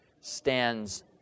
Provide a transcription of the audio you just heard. stands